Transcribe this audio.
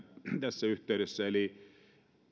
tässä yhteydessä